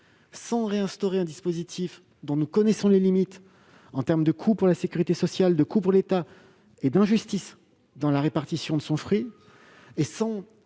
sans rétablir un dispositif dont nous connaissons les limites en termes de coût pour la sécurité sociale et pour l'État, ainsi que d'injustice dans la répartition des sommes, et sans